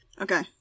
Okay